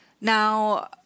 Now